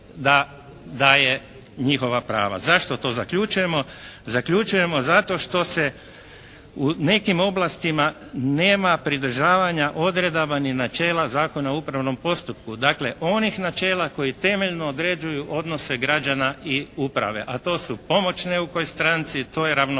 da daje njihova prava. Zašto to zaključujemo? Zaključujemo zato što se u nekim oblastima nema pridržavanja odredaba ni načela Zakona o upravnom postupku. Dakle, onih načela koji temeljno određuju odnose građana i uprave, a to su pomoć neukoj stranci, to je ravnopravnost